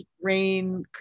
rain